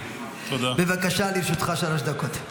בבקשה, לרשותך שלוש דקות.